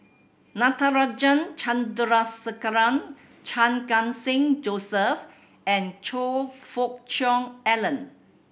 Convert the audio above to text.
Natarajan Chandrasekaran Chan Khun Sing Joseph and Choe Fook Cheong Alan